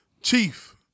Chief